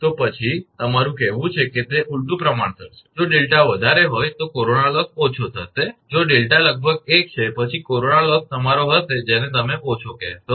તો પછી તમારું કહેવું છે કે તે ઊલટું પ્રમાણસર છે જો 𝛿 વધારે હોય તો કોરોના લોસ ઓછો થશે જો 𝛿 લગભગ 1 છે પછી કોરોના લોસ તમારો હશે જેને તમે ઓછો કહેશો